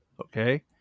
Okay